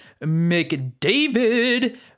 McDavid